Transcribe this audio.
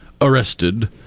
arrested